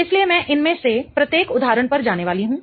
इसलिए मैं इनमें से प्रत्येक उदाहरण पर जाने वाली हूं